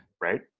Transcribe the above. Right